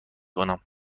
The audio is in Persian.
کنم